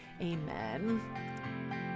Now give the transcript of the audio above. Amen